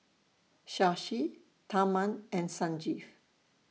Shashi Tharman and Sanjeev